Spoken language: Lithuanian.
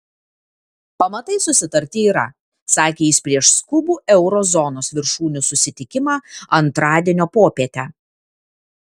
pamatai susitarti yra sakė jis prieš skubų euro zonos viršūnių susitikimą antradienio popietę